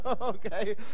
okay